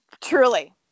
Truly